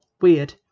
Weird